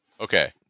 Okay